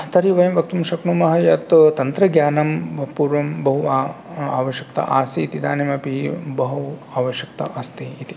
तर्हि वयं वक्तुं शक्नुमः यत् तन्त्रज्ञानं पूर्वं बहु आवश्यकता आसीत् इदानीमपि बहु आवश्यकता अस्ति इति